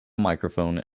microphone